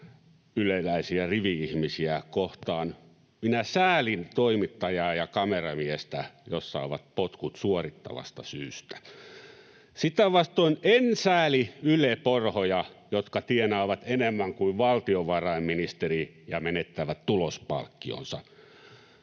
yleläisiä rivi-ihmisiä kohtaan. Minä säälin toimittajaa ja kameramiestä, jos saavat potkut suorittavasta syystä. Sitä vastoin en sääli Yle-porhoja, jotka tienaavat enemmän kuin valtiovarainministeri ja menettävät tulospalkkionsa.